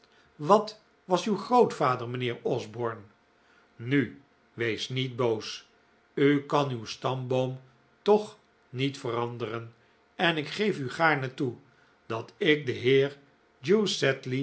wat was uw grootvader mijnheer osborne nu wees niet boos u kan uw stamboom toch niet veranderen en ik geef u gaarne toe dat ik den heer